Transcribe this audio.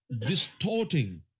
distorting